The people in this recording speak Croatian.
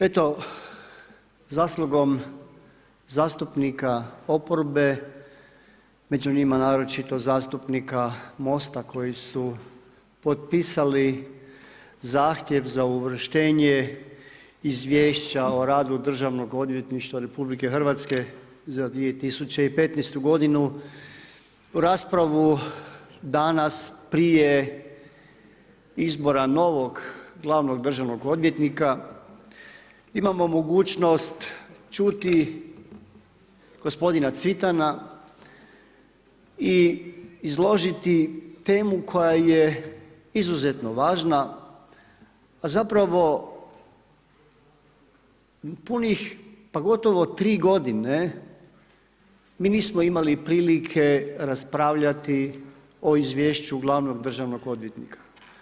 Eto, zaslugom zastupnika oporbe, među njima naročito zastupnika MOST-a koji su potpisali zahtjev za uvrštenje izvješća o radu državnog odvjetništva RH za 2015. godinu raspravu danas prije izbora novog glavnog državnog odvjetnika, imamo mogućnost čuti gospodina Cvitana i izložiti temu koja je izuzetno važna, a zapravo punih pa gotovo tri godine mi nismo imali prilike raspravljati o izvješću glavnog državnog odvjetnika.